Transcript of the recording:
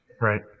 Right